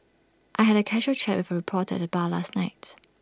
I had A casual chat with reporter at bar last night